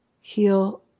heal